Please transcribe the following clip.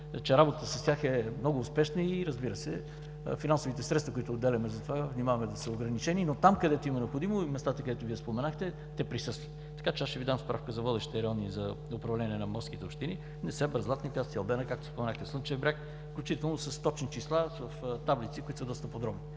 че работата с тях е много успешна. Разбира се, финансовите средства, които отделяме за това, внимаваме да са ограничени, но там, където е необходимо, и местата, където Вие споменахте, те присъстват. Ще Ви дам справка за водещите райони за управление на морските общини – Несебър, „Златни пясъци“, „Албена“, както споменахте, „Слънчев бряг“, включително с точни числа в таблици, които са доста подробни.